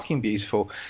beautiful